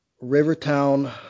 Rivertown